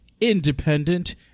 independent